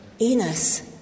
Enos